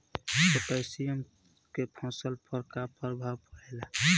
Potassium के फसल पर का प्रभाव पड़ेला?